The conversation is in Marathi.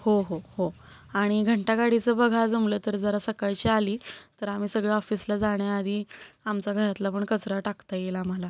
हो हो हो आणि घंटागाडीचं बघा जमलं तर जरा सकाळची आली तर आम्ही सगळं ऑफिसला जाण्याआधी आमचा घरातला पण कचरा टाकता येईल आम्हाला